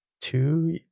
two